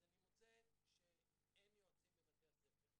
אז אני מוצא שאין יועצים בבתי הספר,